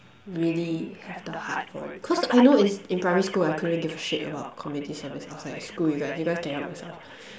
really have the heart for it cause I know is in primary school I couldn't give a shit about community service I was like screw you guys you guys can help yourselves